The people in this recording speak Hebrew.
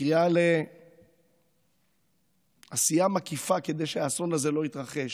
קריאה לעשייה מקיפה כדי שהאסון כזה לא יתרחש,